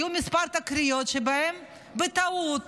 היו כמה תקריות שבהן בטעות